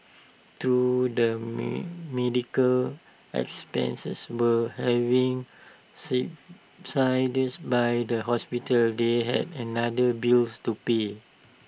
though the meat medical expenses were having subsidised by the hospital they had another bills to pay